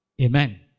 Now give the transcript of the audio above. Amen